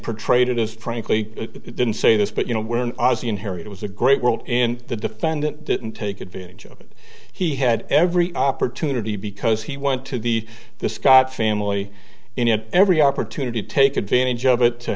pro trade it is frankly i didn't say this but you know we're an ozzie and harriet was a great world and the defendant didn't take advantage of it he had every opportunity because he went to the the scott family in at every opportunity to take advantage of it to